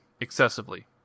excessively